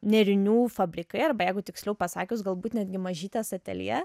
nėrinių fabrikai arba jeigu tiksliau pasakius galbūt netgi mažytės ateljė